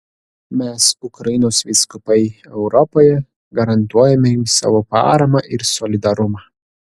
mes ukrainos vyskupai europoje garantuojame jums savo paramą ir solidarumą